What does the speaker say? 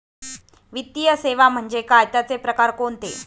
वित्तीय सेवा म्हणजे काय? त्यांचे प्रकार कोणते?